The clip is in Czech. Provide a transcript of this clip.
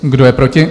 Kdo je proti?